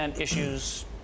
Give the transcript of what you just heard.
issues